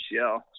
UCL